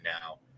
now